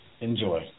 enjoy